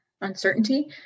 uncertainty